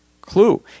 clue